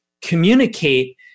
communicate